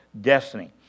destiny